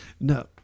No